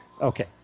Okay